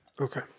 Okay